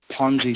Ponzi